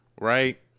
right